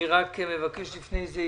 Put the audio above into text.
אני רק מבקש לפני זה,